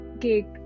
cake